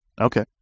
Okay